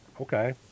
Okay